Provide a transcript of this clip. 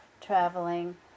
traveling